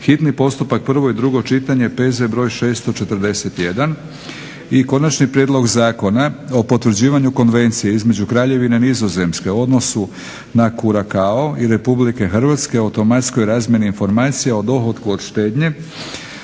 hitni postupak, prvo i drugo čitanje, P.Z. br. 641; - Konačni prijedlog Zakona o potvrđivanju Konvencije između Kraljevine Nizozemske, u odnosu na Curacao, i Republike Hrvatske o automatskoj razmjeni informacija o dohotku od štednje